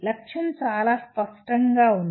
లక్ష్యం చాలా స్పష్టంగా ఉంది